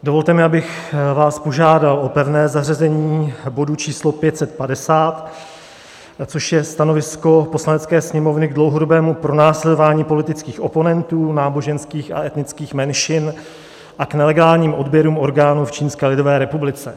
Dovolte mi, abych vás požádal o pevné zařazení bodu číslo 550, což je stanovisko Poslanecké sněmovny k dlouhodobému pronásledování politických oponentů, náboženských a etnických menšin a k nelegálním odběrům orgánů v Čínské lidové republice.